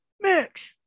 Mix